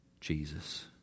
Jesus